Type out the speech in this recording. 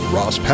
Ross